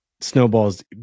snowballs